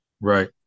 Right